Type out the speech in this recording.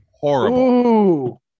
horrible